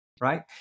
Right